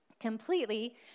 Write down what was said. Completely